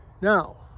now